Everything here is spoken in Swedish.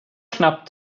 knappt